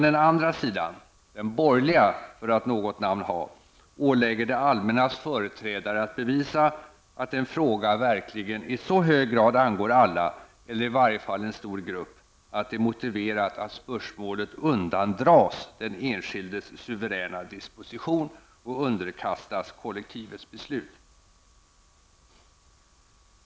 Den andra sidan -- den borgerliga, för att något namn ha -- ålägger däremot det allmännas företrädare att bevisa att en fråga verkligen i så hög grad angår alla, eller i varje fall en stor grupp, att det är motiverat att spörsmålet undandras den enskildes suveräna disposition och underkastas kollektivets beslut.